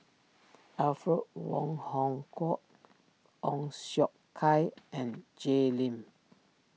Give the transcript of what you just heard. Alfred Wong Hong Kwok Ong Siong Kai and Jay Lim